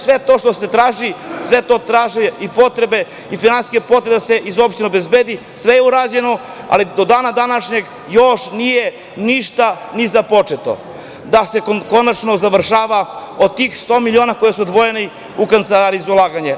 Sve to što se traži, sve to traži i finansijska sredstva da se iz opštine obezbede, sve je urađeno, ali do dana današnjeg još nije ništa započeto, da se konačno završava od tih sto miliona koji su odvojeni u Kancelariji za ulaganje.